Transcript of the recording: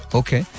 okay